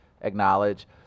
acknowledge